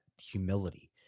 humility